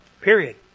Period